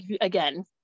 again